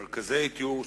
מרכזי טיהור שופכין.